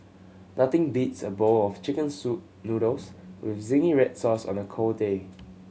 nothing beats a bowl of chicken soup noodles with zingy red sauce on a cold day